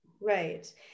Right